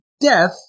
Death